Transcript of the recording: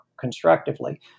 constructively